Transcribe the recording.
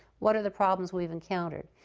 what are the problems we have encountered?